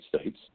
States